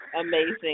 amazing